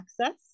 access